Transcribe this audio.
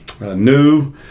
new